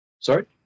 Sorry